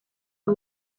uyu